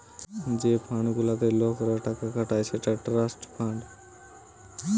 যে ফান্ড গুলাতে লোকরা টাকা খাটায় সেটা ট্রাস্ট ফান্ড